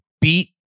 beat